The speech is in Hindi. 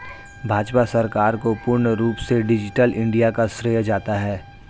भाजपा सरकार को पूर्ण रूप से डिजिटल इन्डिया का श्रेय जाता है